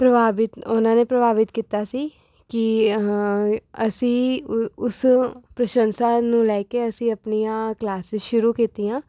ਪ੍ਰਭਾਵਿਤ ਉਹਨਾਂ ਨੇ ਪ੍ਰਭਾਵਿਤ ਕੀਤਾ ਸੀ ਕਿ ਅਸੀਂ ਉ ਉਸ ਪ੍ਰਸ਼ੰਸਾ ਨੂੰ ਲੈ ਕੇ ਅਸੀਂ ਆਪਣੀਆਂ ਕਲਾਸਿਸ ਸ਼ੁਰੂ ਕੀਤੀਆਂ